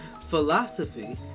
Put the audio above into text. philosophy